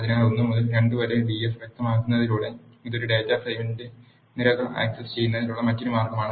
അതിനാൽ 1 മുതൽ 2 വരെ d f വ്യക്തമാക്കുന്നതിലൂടെ ഇത് ഒരു ഡാറ്റാ ഫ്രെയിമിന്റെ നിരകൾ ആക് സസ് ചെയ്യുന്നതിനുള്ള മറ്റൊരു മാർഗമാണ്